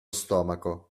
stomaco